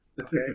Okay